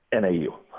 NAU